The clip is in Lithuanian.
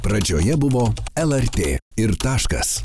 pradžioje buvo lrt ir taškas